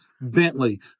Bentley